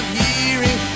hearing